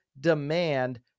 demand